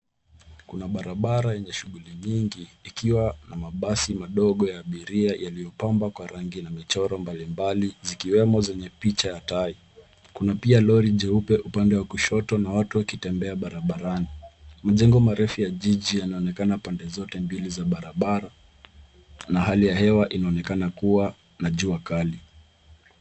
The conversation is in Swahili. Kuna barabara yenye shughuli nyingi ikiwa na mabasi madogo ya abiria yaliyopambwa kwa ranig na michoro mbalimbali zikiwemo zenye picha ya tai. Kuna pia lori jeupe upande wa kushoto na watu wakitembea barabarani. Majengo marefu ya jiji yanaonekana pande zote mbili za barabara na hali ya hewa inaonekana kuwa na jua kali.